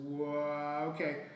okay